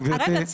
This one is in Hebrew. לא -- רגע,